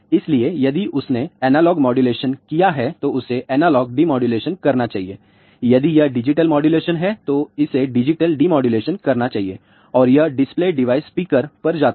इसलिए यदि उसने एनालॉग मॉड्यूलेशन किया है तो उसे एनालॉग डिमॉड्यूलेशन करना चाहिए यदि यह डिजिटल मॉड्यूलेशन है तो इसे डिजिटल डिमॉड्यूलेशन करना चाहिए और यह डिस्प्ले डिवाइस स्पीकर पर जाता है